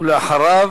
ואחריו,